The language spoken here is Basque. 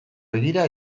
begira